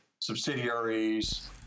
subsidiaries